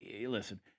Listen